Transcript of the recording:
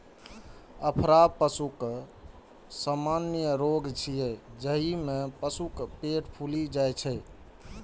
अफरा पशुक सामान्य रोग छियै, जाहि मे पशुक पेट फूलि जाइ छै